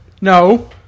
No